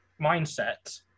mindset